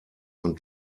man